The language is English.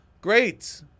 Great